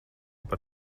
par